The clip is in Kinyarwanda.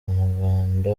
umuganda